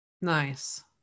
Nice